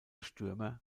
stürmer